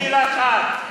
תתביישי לך את.